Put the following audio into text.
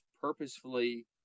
purposefully